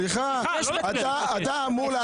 סליחה, אתה אמור לענות על השאלה.